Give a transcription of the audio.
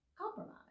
compromise